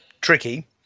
tricky